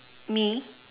me